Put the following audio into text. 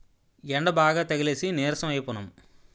యెండబాగా తగిలేసి నీరసం అయిపోనము